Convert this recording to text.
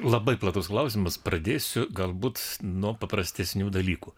labai platus klausimas pradėsiu galbūt nuo paprastesnių dalykų